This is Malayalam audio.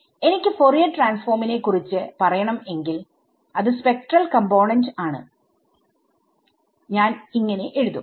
എനിക്ക് ഫോറിയർ ട്രാൻസ്ഫോമിനെ കുറിച്ച് പറയണം എങ്കിൽ അത് സ്പെക്ട്രൽ കമ്പോണെന്റ്ആണ് ഞാൻ എന്ന് എഴുതും